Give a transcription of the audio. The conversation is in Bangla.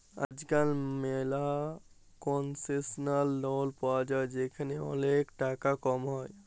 আজকাল ম্যালা কনসেশলাল লল পায়া যায় যেখালে ওলেক টাকা কম হ্যয়